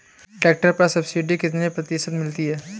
Tractor पर subsidy कितने प्रतिशत मिलती है?